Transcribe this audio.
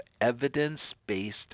evidence-based